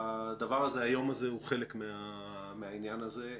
היום הזה הוא חלק מהעניין הזה.